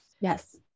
Yes